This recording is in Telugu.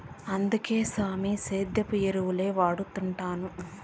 అందుకే సామీ, సేంద్రియ ఎరువుల్నే వాడతండాను